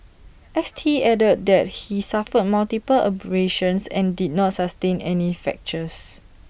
S T added that he suffered multiple abrasions and did not sustain any fractures